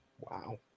Wow